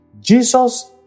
Jesus